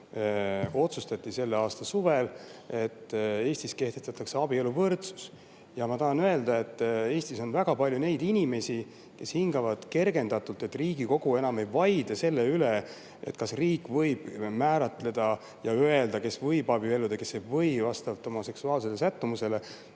otsustati selle aasta suvel, et Eestis kehtestatakse abieluvõrdsus. Ma tahan öelda, et Eestis on väga palju inimesi, kes hingavad kergendatult, et Riigikogu ei vaidle enam selle üle, kas riik võib määratleda ja öelda, kes võib abielluda ja kes ei või, vastavalt tema seksuaalsele sättumusele,